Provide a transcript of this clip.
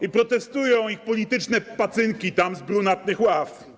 I protestują ich polityczne pacynki tam, z brunatnych ław.